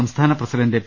സംസ്ഥാന president P